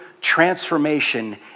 transformation